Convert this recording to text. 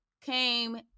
came